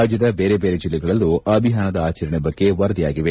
ರಾಜ್ಯದ ಬೇರೆ ಬೇರೆ ಜಿಲ್ಲೆಗಳಲ್ಲೂ ಅಭಿಯಾನ ಆಚರಣೆ ಬಗ್ಗೆ ವರದಿಯಾಗಿವೆ